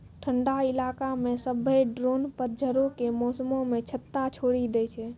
ठंडा इलाका मे सभ्भे ड्रोन पतझड़ो के मौसमो मे छत्ता छोड़ि दै छै